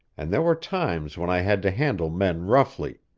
and there were times when i had to handle men roughly.